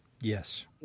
yes